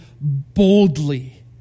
boldly